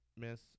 Miss